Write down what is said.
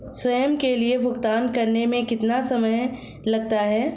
स्वयं के लिए भुगतान करने में कितना समय लगता है?